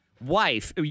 wife